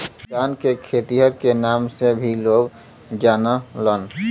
किसान के खेतिहर के नाम से भी लोग जानलन